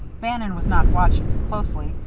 bannon was not watching him closely,